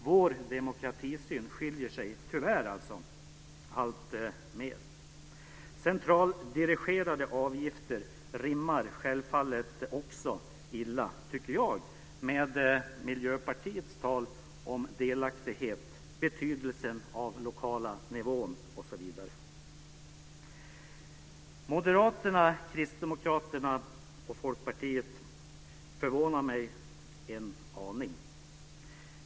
Vår demokratisyn skiljer sig, tyvärr, alltmer. Centraldirigerade avgifter rimmar självfallet också illa, tycker jag, med Miljöpartiets tal om delaktighet, betydelsen av den lokala nivån osv. Moderaterna, Kristdemokraterna och Folkpartiet förvånar mig en aning.